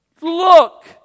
look